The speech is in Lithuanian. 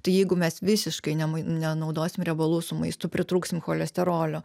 tai jeigu mes visiškai nemui nenaudosim riebalų su maistu pritrūksim cholesterolio